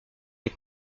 les